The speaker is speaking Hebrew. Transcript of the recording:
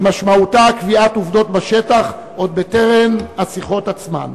שמשמעותה קביעת עובדות בשטח עוד טרם השיחות עצמן.